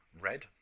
Red